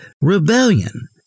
rebellion